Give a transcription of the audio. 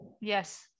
Yes